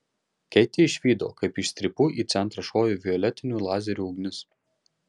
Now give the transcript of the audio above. keitė išvydo kaip iš strypų į centrą šovė violetinių lazerių ugnis